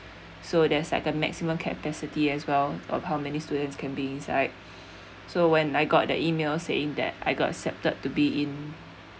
so there’s like a maximum capacity as well of how many students can be inside so when I got the email saying that I got accepted to be in